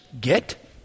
get